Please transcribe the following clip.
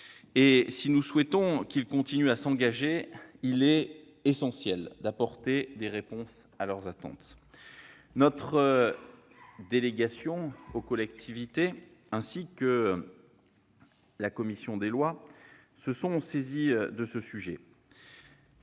Si nous souhaitons qu'ils continuent à s'engager, il est essentiel d'apporter des réponses à leurs attentes. Notre délégation aux collectivités territoriales et à la décentralisation et la commission des lois se sont saisies de ce sujet.